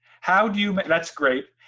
how do you, but that's great.